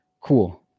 Cool